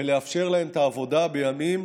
ולאפשר להם את העבודה בימים